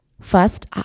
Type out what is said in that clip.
first